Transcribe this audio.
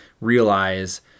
realize